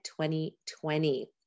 2020